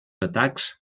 atacs